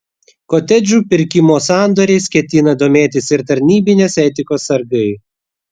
kotedžų pirkimo sandoriais ketina domėtis ir tarnybinės etikos sargai